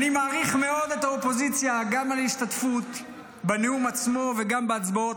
אני מעריך מאוד את האופוזיציה גם על vהשתתפות בנאום עצמו וגם בהצבעות,